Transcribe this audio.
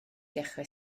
dechrau